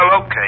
okay